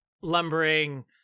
lumbering